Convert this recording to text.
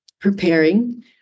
preparing